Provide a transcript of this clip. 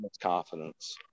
confidence